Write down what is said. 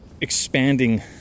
expanding